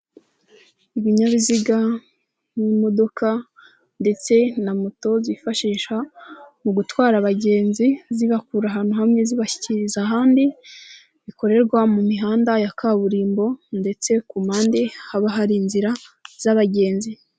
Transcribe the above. Ibinyabiziga n'imodoka ndetse na moto zifashishwa mu gutwara abagenzi, zibakura ahantu hamwe, zibashyikiriza ahandi, bikorerwa mu mihanda ya kaburimbo, ndetse ku mpande haba hari inzira z'abagenzi.